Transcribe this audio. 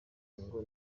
ngo